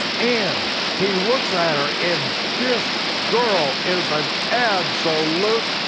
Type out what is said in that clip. and he looks at her and this girl is an absolute